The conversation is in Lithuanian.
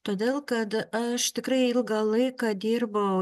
todėl kad aš tikrai ilgą laiką dirbau